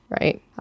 right